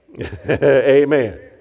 Amen